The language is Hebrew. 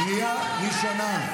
קריאה ראשונה.